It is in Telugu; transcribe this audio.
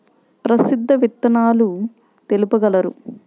ప్రసిద్ధ విత్తనాలు తెలుపగలరు?